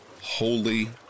Holy